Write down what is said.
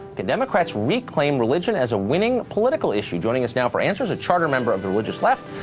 the democrats reclaim religion as a winning political issue. joining us now for answers, a charter member of the religious left,